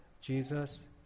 Jesus